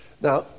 Now